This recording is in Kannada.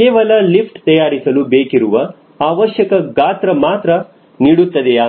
ಕೇವಲ ಲಿಫ್ಟ್ ತಯಾರಿಸಲು ಬೇಕಿರುವ ಅವಶ್ಯಕ ಗಾತ್ರ ಮಾತ್ರ ನೀಡುತ್ತದೆಯೇ